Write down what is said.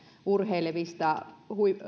urheilevista